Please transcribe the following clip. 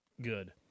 good